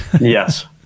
Yes